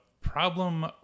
problem